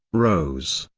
rose,